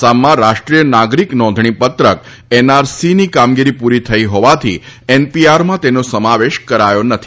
આસામમાં રાષ્ટ્રીય નાગરીક નોંધણી પત્રક એનઆરસીની કામગીરી પુરી થઇ હોવાથી એનપીઆરમાં તેનો સમાવેશ કરાયો નથી